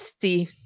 see